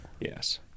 Yes